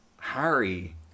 Harry